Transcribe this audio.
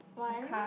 one